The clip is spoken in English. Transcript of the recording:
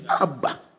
Abba